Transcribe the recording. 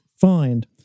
find